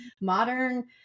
modern